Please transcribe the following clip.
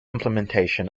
implementation